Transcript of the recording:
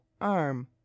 arm